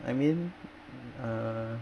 I mean err